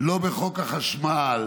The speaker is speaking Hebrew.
לא חוק החשמל,